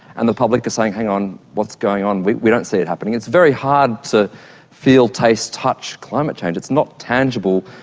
and the public are saying, hang on, what's going on, we we don't see it happening. it's very hard to feel, taste, touch climate change, it's not tangible.